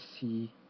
see